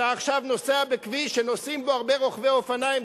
אתה עכשיו נוסע בכביש שנוסעים בו הרבה רוכבי אופניים,